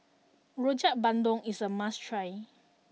Rojak Bandung is a must try